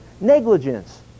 Negligence